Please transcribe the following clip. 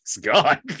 God